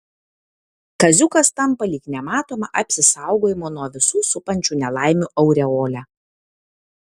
kaziukas tampa lyg nematoma apsisaugojimo nuo visų supančių nelaimių aureole